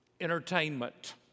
entertainment